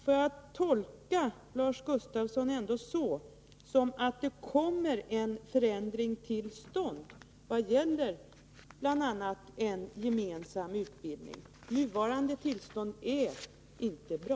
Får jag tolka Lars Gustafsson så, att en förändring kommer till stånd bl.a. när det gäller en gemensam utbildning? Nuvarande ordning är inte bra.